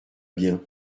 bien